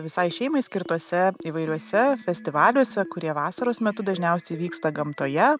visai šeimai skirtuose įvairiuose festivaliuose kurie vasaros metu dažniausiai vyksta gamtoje